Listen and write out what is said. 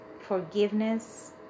forgiveness